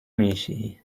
میشی